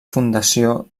fundació